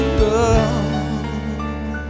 love